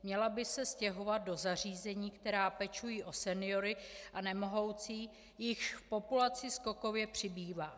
Měla by se stěhovat do zařízení, která pečují o seniory a nemohoucí, jichž v populaci skokově přibývá.